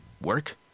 work